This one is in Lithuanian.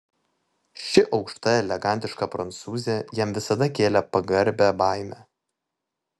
ši aukšta elegantiška prancūzė jam visada kėlė pagarbią baimę